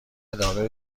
ادامه